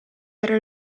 era